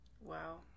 Wow